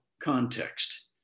context